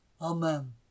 Amen